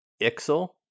Ixel